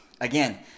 again